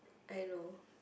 I know